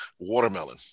watermelon